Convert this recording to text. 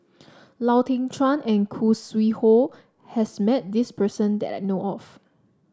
Lau Teng Chuan and Khoo Sui Hoe has met this person that I know of